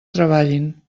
treballin